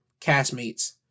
castmates